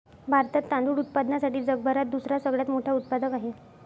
भारतात तांदूळ उत्पादनासाठी जगभरात दुसरा सगळ्यात मोठा उत्पादक आहे